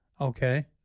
Okay